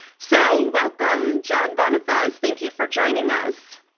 so, welcome john bonifaz. thank you for joining us.